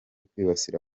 kwibasira